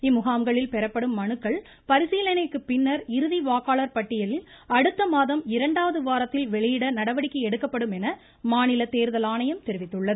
இம்முகாம்களில் பெறப்படும் மனுக்கள் பரிசீலனைக்குப் பின்னர் இறுதி வாக்காளர் பட்டியல் அடுத்த மாதம் இரண்டாவது வாரத்தில் வெளியிட நடவடிக்கை எடுக்கப்படும் என மாநில தேர்தல் ஆணையம் தெரிவித்துள்ளது